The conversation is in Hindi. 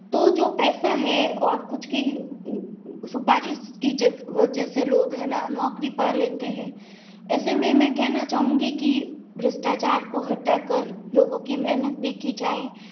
तो जो पैसा है और कुछ की सुपारी की जग वजह से लोग है ना नौकरी पा लेते हैं ऐसे में मैं कहना चाहूँगी कि भ्रष्टाचार को हटा कर लोगों की मेहनत देखी जाए